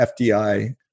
FDI